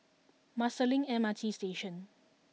Marsiling M R T Station